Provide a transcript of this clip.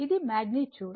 ఇది మాగ్నిట్యూడ్